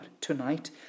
tonight